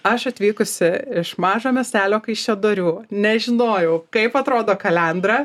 aš atvykusi iš mažo miestelio kaišiadorių nežinojau kaip atrodo kalendra